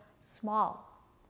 small